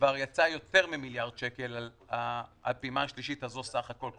וכבר יצאו יותר ממיליארד שקלים על הפעימה השלישית הזו סך הכול.